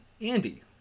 Andy